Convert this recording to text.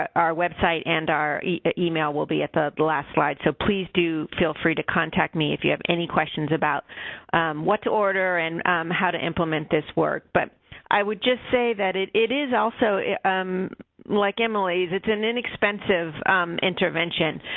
our website and our email will be at the last slide, so please do feel free to contact me if you have any questions about what to order and how to implement this work. but i would just say that it it is also um like emily's, it's an inexpensive intervention.